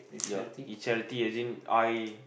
ya if charity as in I